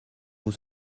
vous